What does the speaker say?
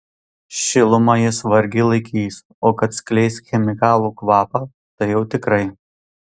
šilumą jis vargiai laikys o kad skleis chemikalų kvapą tai jau tikrai